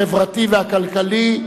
החברתי והכלכלי.